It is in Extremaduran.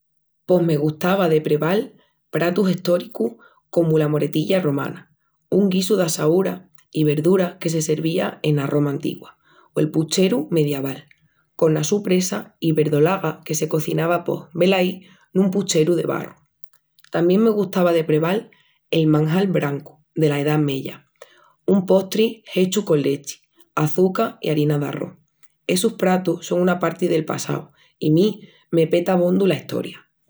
Pos me gustava de preval pratus estóricus comu la moretilla romana, un guisu d'assuaras i verduras que se servía ena Roma antigua. O el pucheru mediaval, cona su presa i verdolaga que se cozinava pos, velaí, nun pucheru de barru. Tamién me gustava de preval el manjal brancu dela Edá Meya, un postri hechu con lechi, açuca i harina d'arrós. Essus pratus son una parti del passau i mi me peta abondu la Estoria!